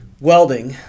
welding